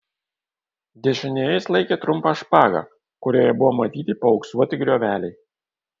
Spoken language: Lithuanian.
dešinėje jis laikė trumpą špagą kurioje buvo matyti paauksuoti grioveliai